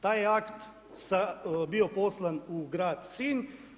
Taj je akt bio poslan u grad Sinj.